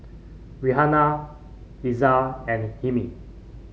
Raihana Izzat and Hilmi